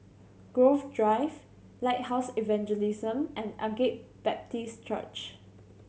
Grove Drive Lighthouse Evangelism and Agape Baptist Church